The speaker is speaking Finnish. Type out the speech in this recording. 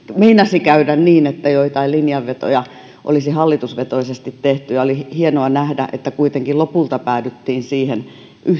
meinasi käydä niin että joitain linjanvetoja olisi hallitusvetoisesti tehty ja oli hienoa nähdä että kuitenkin lopulta päädyttiin siihen